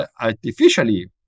artificially